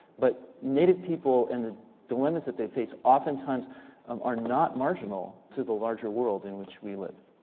but native people and the dilemmas that they face oftentimes um are not marginal to the larger world in which we live.